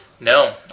No